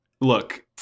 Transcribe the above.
look